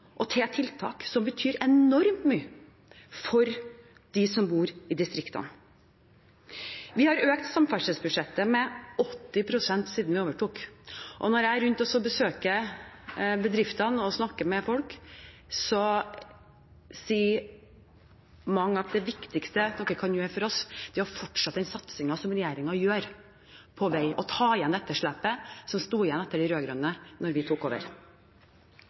og til tiltak som betyr enormt mye for dem som bor i distriktene. Vi har økt samferdselsbudsjettet med 80 pst. siden vi overtok. Når jeg er rundt og besøker bedriftene og snakker med folk, sier mange at det viktigste vi kan gjøre for dem, er å fortsette den satsingen regjeringen har på vei og ta igjen etterslepet som sto igjen etter de rød-grønne da vi tok over.